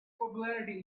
popularity